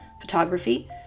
photography